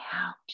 out